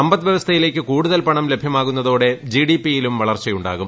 സമ്പദ് വൃവസ്ഥയിലേക്ക് കൂടുതൽ പണം ലഭ്യമാകുന്നതോടെ ജിഡിപിയിലും വളർച്ചയു ാകും